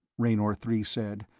raynor three said,